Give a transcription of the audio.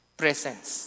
presence